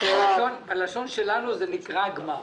בלשון שלנו זה נקרא גמ"ח.